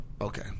Okay